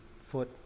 foot